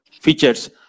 features